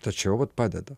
tačiau vat padeda